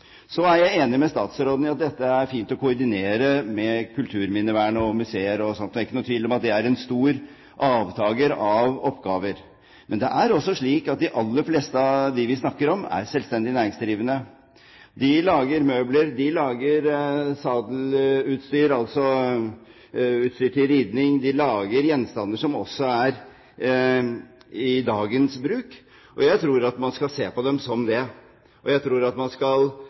Så er jeg enig med statsråden i at det er fint å koordinere dette med kulturminnevern og museer og sånt. Det er ikke tvil om at dette er en stor avtaker av oppgaver. Men det er også slik at de aller fleste av dem vi snakker om, er selvstendig næringsdrivende. De lager møbler, de lager sadelutstyr – utstyr til ridning – de lager gjenstander som også er i bruk i dag, og jeg tror man skal se på dem som det. Jeg tror man skal